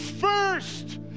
first